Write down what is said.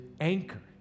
anchor